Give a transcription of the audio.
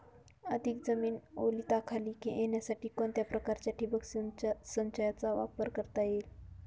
अधिक जमीन ओलिताखाली येण्यासाठी कोणत्या प्रकारच्या ठिबक संचाचा वापर करता येईल?